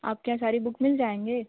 आपके यहाँ सारी बुक मिल जाएँगे